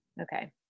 Okay